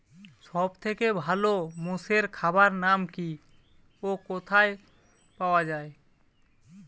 সব থেকে ভালো মোষের খাবার নাম কি ও কোথায় পাওয়া যায়?